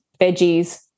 veggies